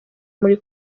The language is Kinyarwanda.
muri